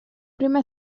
prime